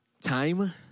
time